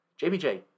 JBJ